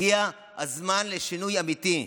הגיע הזמן לשינוי אמיתי.